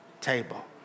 table